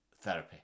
therapy